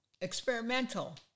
experimental